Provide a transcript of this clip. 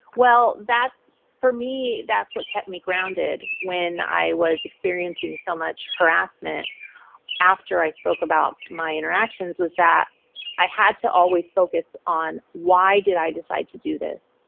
well, that's for me. that's what kept me grounded when i was experiencing so much harassment after i spoke about my interactions was that i had to always focus on why did i decide to do this?